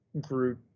Groot